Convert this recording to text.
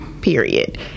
period